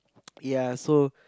ya so